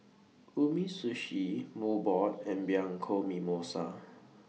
Umisushi Mobot and Bianco Mimosa